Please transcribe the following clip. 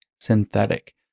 synthetic